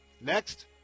Next